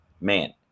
Man